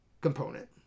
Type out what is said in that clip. component